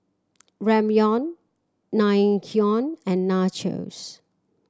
Ramyeon Naengmyeon and Nachos